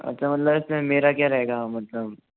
अच्छा मतलब इसमें मेरा क्या रहेगा मतलब